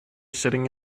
sitting